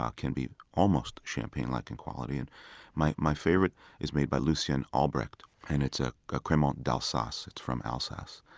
um can be almost champagne-like in quality. and my my favorite is made by lucien albrecht. and it's ah a cremant d'alsace, it's from alsace,